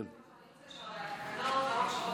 מהמקום.